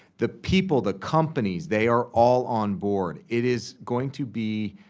the people, the companies, they are all on board. it is going to be,